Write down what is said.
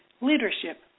leadership